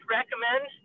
recommend